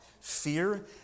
Fear